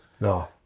No